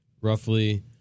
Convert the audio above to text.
roughly